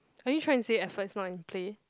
are you trying to say effort is not in play